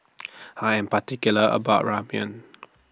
I Am particular about Ramyeon